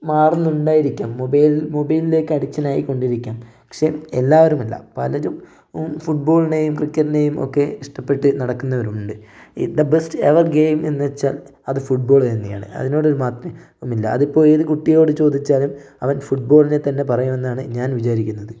മാറുന്നുണ്ടായിരിക്കാം mobile മൊബൈലിലേക്ക് അഡിക്ഷനായിക്കൊണ്ടിരിക്കാം പക്ഷേ എല്ലാവരും അല്ല പലരും ഫുട്ബോളിനെയും ക്രിക്കറ്റിനെയും ഒക്കെ ഇഷ്ടപ്പെട്ട് നടക്കുന്നവരുണ്ട് ദ ബെസ്ററ് എവർ ഗെയിം എന്നുവച്ചാൽ അത് ഫുട്ബോൾ തന്നെയാണ് അതിനോടൊരു മാറ്റൊന്നില്ല അതിപ്പോ ഏത് കുട്ടിയോട് ചോദിച്ചാലും അവൻ ഫുട്ബോളിനെ തന്നെ പറയുമെന്നാണ് ഞാൻ വിചാരിക്കുന്നത്